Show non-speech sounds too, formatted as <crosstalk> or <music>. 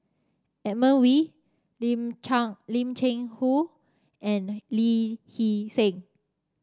Edmund Wee Lim <unintelligible> Lim Cheng Hoe and Lee Hee Seng